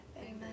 Amen